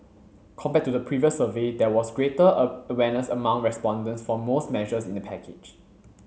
compared to the previous survey there was greater a awareness among respondents for most measures in the package